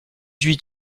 huit